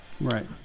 Right